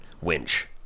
winch